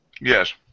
Yes